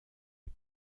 est